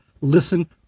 listen